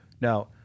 Now